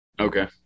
Okay